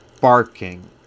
barking